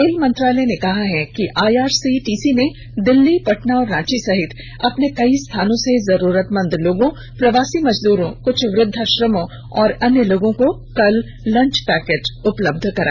rail मंत्रालय ने कहा है कि आईआरसीटीसी ने दिल्ली पटना और रांची सहित अपने कई स्थानों से जरूरतमंद लोगों प्रवासी मजदूरों कृछ वृद्धाश्रमों और अन्य लोगों को कल लंच पैकेट उपलब्ध कराए